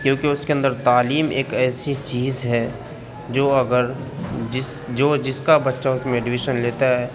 کیونکہ اس کے اندر تعلیم ایک ایسی چیز ہے جو اگر جس جو جس کا بچہ اس میں ایڈمیشن لیتا ہے